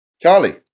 Charlie